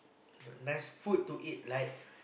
nice food to eat like